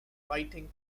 writing